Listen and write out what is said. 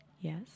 Yes